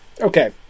Okay